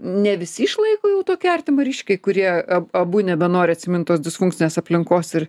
ne visi išlaiko jau tokia artimą ryšįkai kurie abu nebenori atsimint tos disfunkcinės aplinkos ir